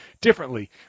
differently